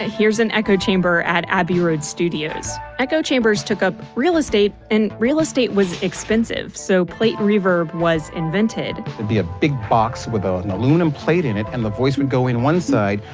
here's an echo chamber at abbey road studios. echo chambers took up real estate and real estate was expensive so plate reverb was invented. there'd be a big box with ah an aluminum plate in it, and the voice would go in one side,